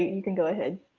you can go ahead.